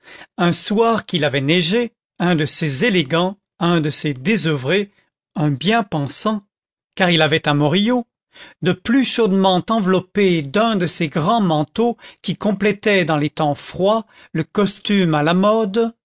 un soir qu'il avait neigé un de ces élégants un de ces désoeuvrés un bien pensant car il avait un morillo de plus chaudement enveloppé d'un de ces grands manteaux qui complétaient dans les temps froids le costume à la mode